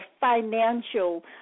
financial